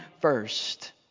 first